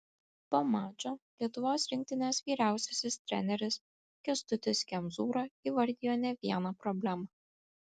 po mačo lietuvos rinktinės vyriausiasis treneris kęstutis kemzūra įvardijo ne vieną problemą